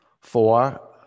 four